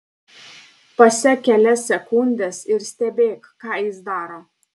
pasek kelias sekundes ir stebėk ką jis daro